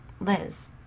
Liz